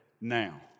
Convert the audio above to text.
now